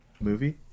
movie